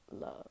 love